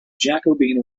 jacobean